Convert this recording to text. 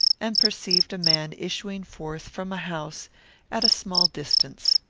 and perceived a man issuing forth from a house at a small distance.